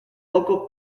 local